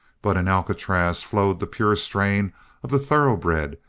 but in alcatraz flowed the pure strain of the thoroughbred,